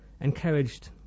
encouraged